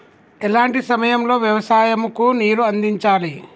ఎలాంటి సమయం లో వ్యవసాయము కు నీరు అందించాలి?